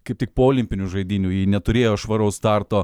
kaip tik po olimpinių žaidynių ji neturėjo švaraus starto